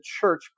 church